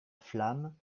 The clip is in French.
flamme